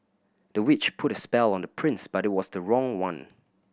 the witch put a spell on the prince but it was the wrong one